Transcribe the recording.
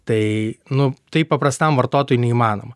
tai nu tai paprastam vartotojui neįmanoma